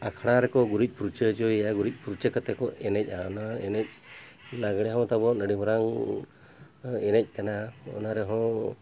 ᱟᱠᱷᱲᱟ ᱨᱮᱠᱚ ᱜᱩᱨᱤᱡ ᱯᱷᱟᱨᱪᱟᱭᱟ ᱜᱩᱨᱤᱡ ᱯᱷᱟᱹᱨᱪᱟ ᱠᱟᱛᱮᱫ ᱠᱚ ᱮᱱᱮᱡᱼᱟ ᱚᱱᱟ ᱮᱱᱮᱡ ᱞᱟᱜᱽᱲᱮ ᱦᱚᱸ ᱛᱟᱵᱚᱱᱟ ᱟᱹᱰᱤ ᱢᱟᱨᱟᱝ ᱮᱱᱮᱡ ᱠᱟᱱᱟ ᱚᱱᱟ ᱨᱮᱦᱚᱸ